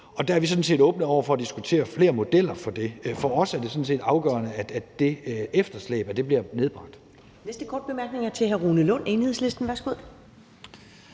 Der er vi sådan set åbne over for at diskutere flere modeller for det. For os er det sådan set afgørende, at det efterslæb bliver nedbragt. Kl. 10:25 Første næstformand (Karen Ellemann): Den næste korte bemærkning er til hr. Rune Lund, Enhedslisten. Værsgo.